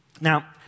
Now